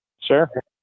Sure